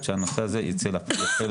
את הדברים האלה אתם אמרתם בוועדה.